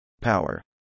Power